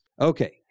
Okay